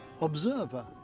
observer